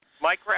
Mike